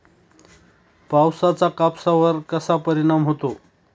पावसाचा कापसावर कसा परिणाम होतो?